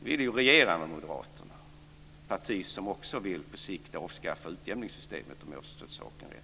Ni vill ju regera tillsammans med Moderaterna, ett parti som på sikt också vill avskaffa utjämningssystemet, om jag har förstått saken rätt.